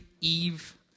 Eve